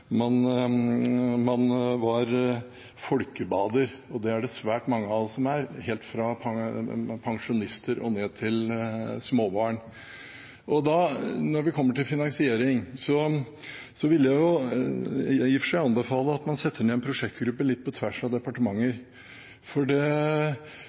var folkebader, og det er det svært mange av oss som er, alt fra pensjonister og ned til småbarn. Når det gjelder finansiering, vil jeg i og for seg anbefale at man setter ned en prosjektgruppe litt på tvers av departementer,